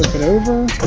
it over